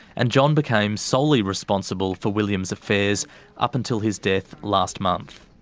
and john became solely responsible for william's affairs up until his death last month.